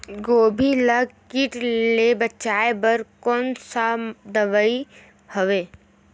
गोभी ल कीट ले बचाय बर कोन सा दवाई हवे?